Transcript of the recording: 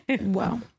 Wow